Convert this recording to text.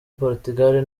portugal